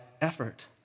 effort